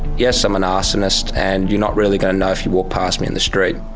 yes, i'm an arsonist, and you're not really going to know if you walk past me in the street.